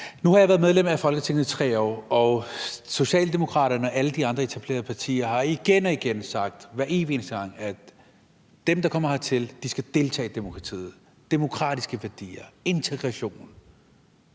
Nu har jeg været medlem af Folketinget i 3 år, og Socialdemokraterne og alle de andre etablerede partier har igen og igen sagt, at dem, der kommer hertil, skal deltage i demokratiet. Man har talt om demokratiske værdier og integration.